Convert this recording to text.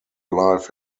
live